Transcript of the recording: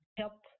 help